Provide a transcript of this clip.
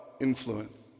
influence